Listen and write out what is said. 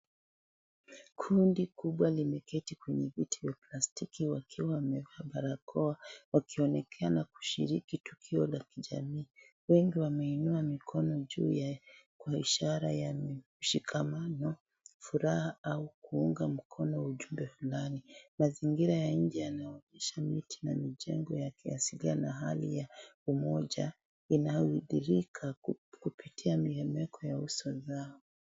Kundi kubwa limeketi kwenye viti vya plastiki wakiwa wamevaa barakoa , wakionekana kushiriki tukio la kijamii , wengi wameinua mikono juu kwa ishara ya mshikamano, furaha au kuunga mkono ujumbe fulani. Mazingira ya nje yanaonyesha miti na mijengo ya kiasilia na hali ya umoja inayodhihirika kupitia mihemeko ya uso wao.